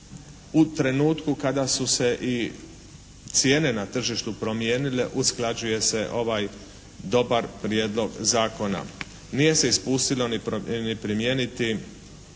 u trenutku kada su se i cijene na tržištu promijenile usklađuje se ovaj dobar Prijedlog zakona. Nije se ispustilo ni primijeniti